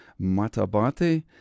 Matabate